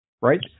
right